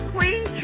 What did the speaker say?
Queen